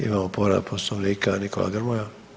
Imamo povreda Poslovnika, Nikola Grmoja.